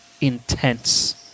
intense